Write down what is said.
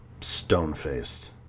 stone-faced